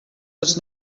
was